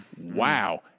wow